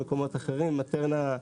יובל טלר בבקשה.